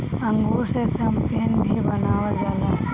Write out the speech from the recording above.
अंगूर से शैम्पेन भी बनावल जाला